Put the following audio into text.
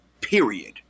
Period